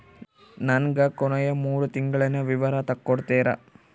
ನನಗ ಕೊನೆಯ ಮೂರು ತಿಂಗಳಿನ ವಿವರ ತಕ್ಕೊಡ್ತೇರಾ?